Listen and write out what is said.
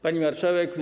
Pani Marszałek!